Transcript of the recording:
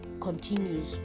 continues